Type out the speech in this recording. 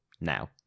now